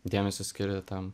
dėmesio skiria tam